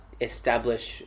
establish